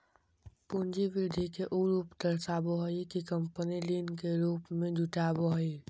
पूंजी वृद्धि के उ रूप दर्शाबो हइ कि कंपनी ऋण के रूप में जुटाबो हइ